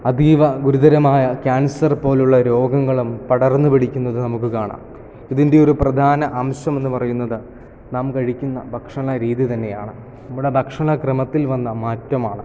അതീവ ഗുരുതരമായ ക്യാൻസർ പോലുള്ള രോഗങ്ങളും പടർന്നു പിടിക്കുന്നത് നമുക്ക് കാണാം ഇതിൻ്റെ ഒരു പ്രധാന അംശം എന്ന് പറയുന്നത് നാം കഴിക്കുന്ന ഭക്ഷണ രീതി തന്നെയാണ് നമ്മുടെ ഭക്ഷണ ക്രമത്തിൽ വന്ന മാറ്റമാണ്